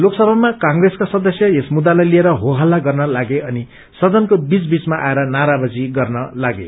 लोकसभामा क्र्रेसका सदस्य यस मुद्दालाई लिएर हो हल्ला गर्न लागे अनि सदनको बीच बीचमा आएर नाराबाजी गर्न लागे